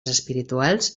espirituals